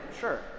sure